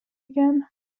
again